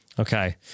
Okay